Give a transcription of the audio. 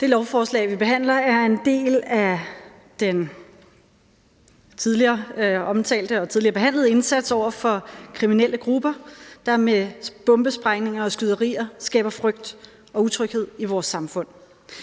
Det lovforslag, vi behandler, er en del af den tidligere omtalte og tidligere behandlede indsats over for kriminelle grupper, der med bombesprængninger og skyderier skaber frygt og utryghed i vores samfund.